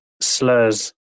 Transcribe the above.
slurs